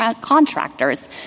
contractors